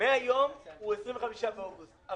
מהיום הוא 25 באוגוסט,